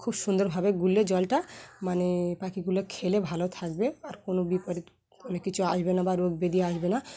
খুব সুন্দরভাবে গুললে জলটা মানে পাখিগুলো খেলে ভালো থাকবে আর কোনো বিপরীত অনেক কিছু আসবে না বা রোগ ব্যাধি আসবে না